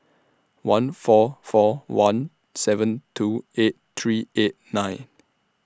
one four four one seven two eight three eight nine